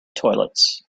toilets